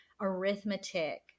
arithmetic